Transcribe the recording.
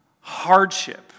hardship